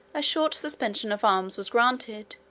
a short suspension of arms was granted,